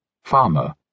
farmer